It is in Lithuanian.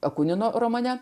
akunino romane